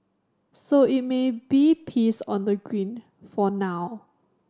so it may be peace on the green for now